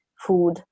food